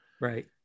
Right